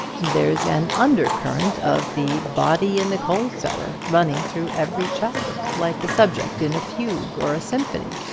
there's an undercurrent of the body in the coal-cellar running through every chapter, like the subject in a fugue or a symphony.